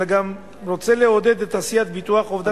אלא אני גם רוצה לעודד עשיית ביטוח אובדן,